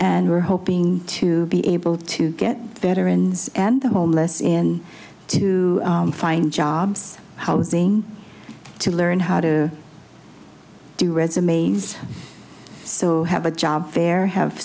and we're hoping to be able to get veterans and the homeless in to find jobs housing to learn how to do resumes so have a job fair have